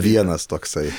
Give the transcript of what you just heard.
vienas toksai